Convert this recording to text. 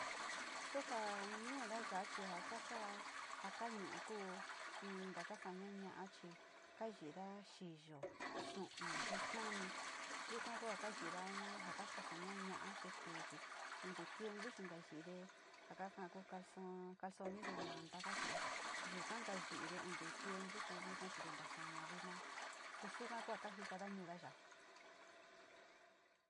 Su ja ñuda ya´a chi ja kaa sa´a ja kañu´u ku ni nitaka saaña chi kayida xiyo, su´unu jitani yuka ku kayiido ja ku calsoni de manta taka kaka yuka ni yiide onte tiempo vina chi vai ntasama ma vina, koo suka kua kajikada ñuda ya´a.